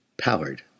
powered